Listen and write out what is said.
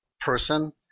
person